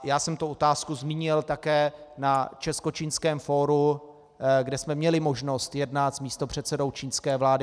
Já jsem tuto otázku zmínil také na českočínském fóru, kde jsme měli možnost jednat s místopředsedou čínské vlády.